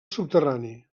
subterrani